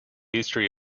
history